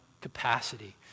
capacity